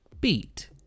Beat